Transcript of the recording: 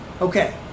Okay